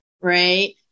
right